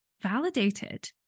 validated